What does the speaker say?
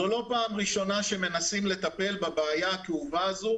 זו לא פעם ראשונה שמנסים לטפל בבעיה הכאובה הזו,